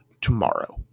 tomorrow